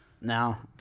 Now